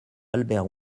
albert